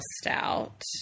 Stout